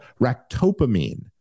ractopamine